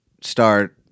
start